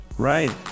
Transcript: Right